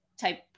type